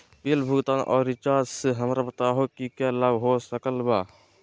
Bill भुगतान और recharge से हमरा बताओ कि क्या लाभ हो सकल बा?